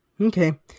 Okay